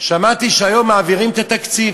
שמעתי שהיום מעבירים את התקציב.